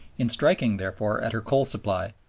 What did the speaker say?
in striking, therefore, at her coal supply,